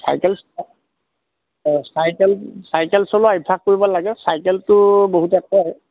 cycle অঁ cycle cycle চলোৱা অভ্যাস কৰিব লাগে চাইকেলটো বহুত সহায় হয়